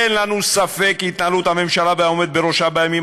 אין לנו ספק כי התנהלות הממשלה והעומד בראשה בימים